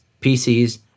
PCs